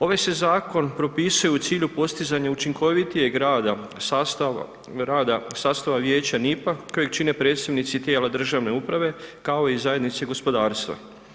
Ovaj se zakon propisuje u cilju postizanja učinkovitijeg rada, sastava rada, sastava Vijeća NIP-a kojeg čine predstavnici tijela državne uprave, kao i zajednice gospodarstva.